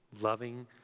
loving